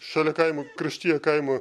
šalia kaimo pakraštyje kaimo